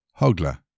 Hogla